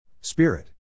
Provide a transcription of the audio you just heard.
Spirit